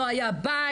לא היה בית,